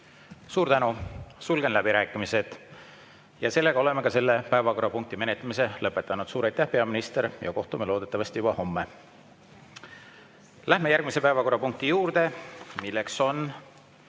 Suur tänu! Sulgen läbirääkimised. Oleme selle päevakorrapunkti menetlemise lõpetanud. Suur aitäh, peaminister! Kohtume loodetavasti juba homme. Läheme järgmise päevakorrapunkti juurde, milleks on